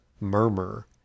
murmur